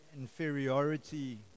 inferiority